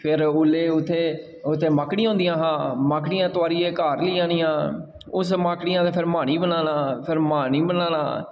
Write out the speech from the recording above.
ते फिर उसलै उत्थें माकड़ियां होंदियां हां माकड़ियां तोआरियै घर लेई जानियां ते उस माकडियें दा फिर माह्नी बनाना फिर माह्नी बनाना